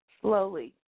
slowly